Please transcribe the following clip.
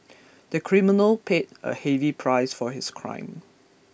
the criminal paid a heavy price for his crime